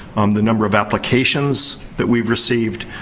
the number of applications that we've received,